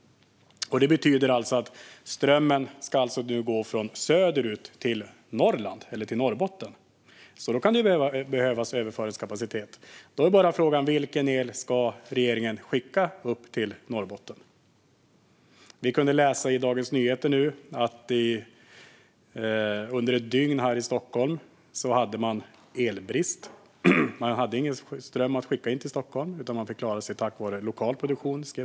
Det betyder alltså att strömmen nu ska gå från söder till Norrland eller Norrbotten. Då kan det behövas överföringskapacitet. Frågan blir bara vilken el som regeringen ska skicka upp till Norrbotten. I Dagens Nyheter kunde vi nyligen läsa att det var elbrist här i Stockholm under ett dygn. Det fanns ingen ström att skicka till Stockholm, utan man fick klara sig med lokal produktion.